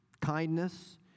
kindness